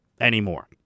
anymore